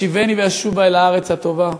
השיבני ואשובה אל הארץ הטובה".